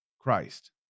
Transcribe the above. Christ